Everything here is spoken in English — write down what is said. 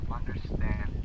understand